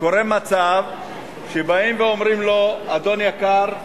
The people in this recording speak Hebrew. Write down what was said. קורה מצב שבאים ואומרים לו: אדון יקר,